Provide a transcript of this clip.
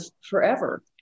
forever